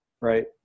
right